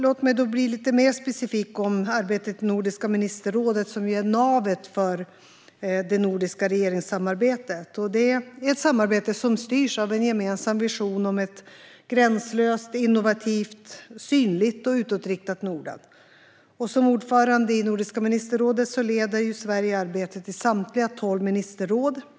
Låt mig nu gå in mer specifikt på arbetet i Nordiska ministerrådet, som ju är navet för det nordiska regeringssamarbetet. Det är ett samarbete som styrs av en gemensam vision om ett gränslöst, innovativt, synligt och utåtriktat Norden. Som ordförande i Nordiska ministerrådet leder Sverige arbetet i samtliga tolv ministerråd.